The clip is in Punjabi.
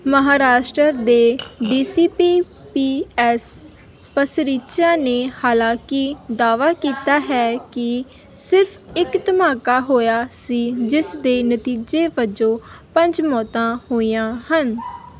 ਮਹਾਰਾਸ਼ਟਰ ਦੇ ਡੀਸੀਪੀ ਪੀ ਐੱਸ ਪਸਰੀਚਾ ਨੇ ਹਾਲਾਂਕਿ ਦਾਅਵਾ ਕੀਤਾ ਹੈ ਕਿ ਸਿਰਫ ਇੱਕ ਧਮਾਕਾ ਹੋਇਆ ਸੀ ਜਿਸ ਦੇ ਨਤੀਜੇ ਵਜੋਂ ਪੰਜ ਮੌਤਾਂ ਹੋਈਆਂ ਹਨ